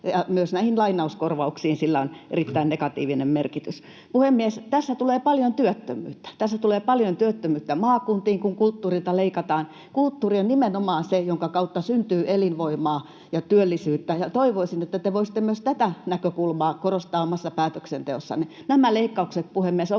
Myös lainauskorvauksiin sillä on erittäin negatiivinen merkitys. Puhemies! Tässä tulee paljon työttömyyttä. Tässä tulla paljon työttömyyttä maakuntiin, kun kulttuurilta leikataan. Kulttuuri on nimenomaan se, jonka kautta syntyy elinvoimaa ja työllisyyttä, ja toivoisin, että te voisitte myös tätä näkökulmaa korostaa omassa päätöksenteossanne. Nämä leikkaukset, puhemies, ovat